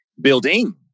building